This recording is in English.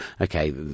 okay